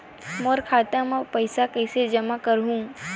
मोर खाता म पईसा कइसे जमा करहु?